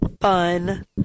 fun